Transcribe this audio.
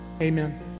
Amen